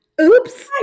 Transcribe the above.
oops